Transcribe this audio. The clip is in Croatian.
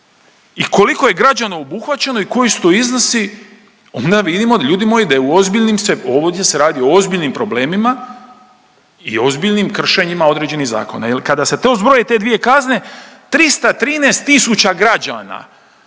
i koliko je građana obuhvaćeno i koji su to iznosi, onda vidimo, ljudi moji da je u ozbiljnim se, ovdje se radi o ozbiljnim problemima i ozbiljnim kršenjima određenih zakona jer kada se to zbroji, te dvije kazne, 313 tisuća građana